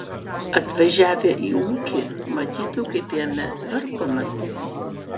atvažiavę į ūkį matytų kaip jame tvarkomasi